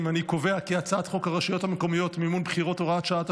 את הצעת חוק הרשויות המקומיות (מימון בחירות) (הוראת שעה),